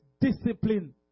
discipline